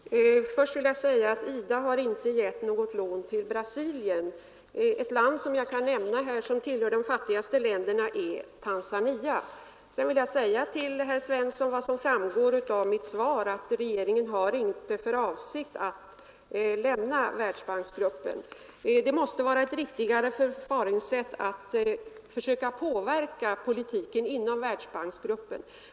Herr talman! Till att börja med vill jag säga att IDA inte har gett något lån till Brasilien. Ett land som får stöd, som jag kan nämna här och som tillhör de fattigaste länderna, är Tanzania. Vidare vill jag säga till herr Svensson i Malmö, vilket också framgår av mitt svar, att regeringen inte har för avsikt att lämna Världsbanksgruppen. Det måste vara ett riktigare förfaringssätt att försöka påverka politiken inom Världsbanksgruppen.